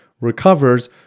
recovers